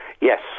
Yes